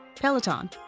Peloton